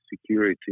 security